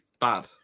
bad